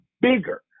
bigger